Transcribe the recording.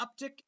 uptick